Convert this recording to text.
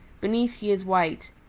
beneath he is white.